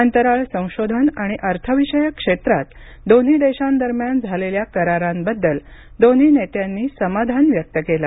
अंतराळ संशोधन आणि अर्थविषयक क्षेत्रात दोन्ही देशांदरम्यान झालेल्या करारांबद्दल दोन्ही नेत्यांनी समाधान व्यक्त केलं